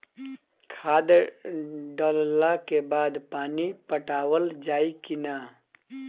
खाद डलला के बाद पानी पाटावाल जाई कि न?